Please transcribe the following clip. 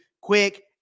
quick